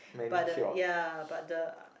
but the ya but the